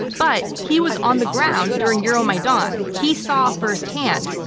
but he was on the ground during euromaidan. he saw, firsthand,